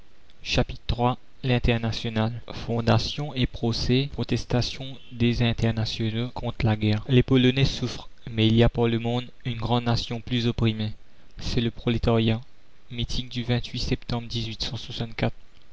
l'internationale fondation et procès protestations des internationaux contre la guerre les polonais souffrent mais il y a par le monde une grande nation plus opprimée c'est le prolétariat e septembre